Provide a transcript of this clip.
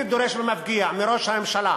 אני דורש במפגיע מראש הממשלה